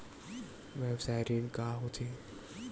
व्यवसाय ऋण का होथे?